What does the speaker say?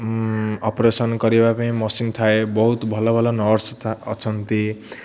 operation କରିବା ପାଇଁ machine ଥାଏ ବହୁତ ଭଲ ଭଲ ନର୍ସ ଅଛନ୍ତି